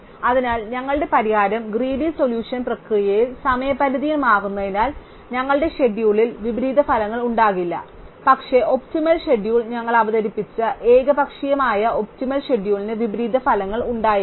അതിനാൽ ഞങ്ങളുടെ പരിഹാരം ഗ്രീഡി സൊല്യൂഷൻ പ്രക്രിയകൾ സമയപരിധിയിൽ മാറുന്നതിനാൽ ഞങ്ങളുടെ ഷെഡ്യൂളിൽ വിപരീതഫലങ്ങൾ ഉണ്ടാകില്ല പക്ഷേ ഒപ്റ്റിമൽ ഷെഡ്യൂൾ ഞങ്ങൾ അവതരിപ്പിച്ച ഏകപക്ഷീയമായ ഒപ്റ്റിമൽ ഷെഡ്യൂളിന് വിപരീതഫലങ്ങൾ ഉണ്ടായേക്കാം